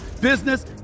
business